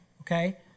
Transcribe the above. Okay